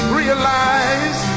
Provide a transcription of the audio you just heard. realize